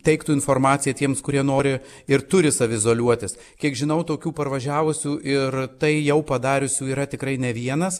teiktų informaciją tiems kurie nori ir turi saviizoliuotis kiek žinau tokių parvažiavusių ir tai jau padariusių yra tikrai ne vienas